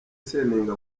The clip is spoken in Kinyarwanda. seninga